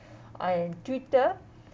and Twitter